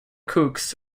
cooks